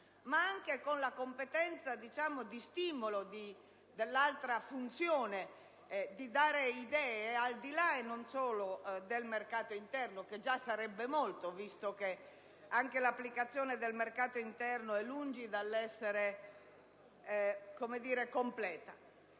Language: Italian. ma anche di stimolo dell'altra funzione, quella di dare idee, al di là e non solo del mercato interno (che già sarebbe molto, considerato che l'applicazione del mercato interno è lungi dall'essere completa)